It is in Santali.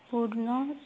ᱯᱩᱨᱱᱚ